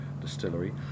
distillery